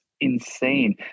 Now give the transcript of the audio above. insane